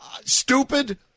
Stupid